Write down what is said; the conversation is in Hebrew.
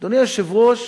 אדוני היושב-ראש,